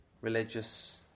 religious